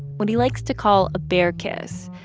what he likes to call a bear kiss.